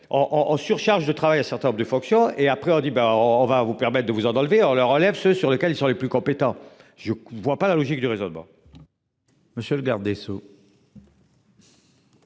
en surcharge de travail un certain nombre de fonctions et après on dit ben on va vous permettent de vous en enlever alors la relève ce sur lequel ils sont les plus compétents. Je ne voit pas la logique du raisonnement.